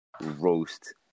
roast